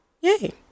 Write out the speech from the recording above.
Yay